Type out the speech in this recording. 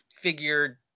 figured